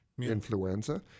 influenza